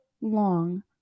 long